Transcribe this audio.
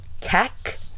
tech